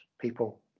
people